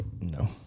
No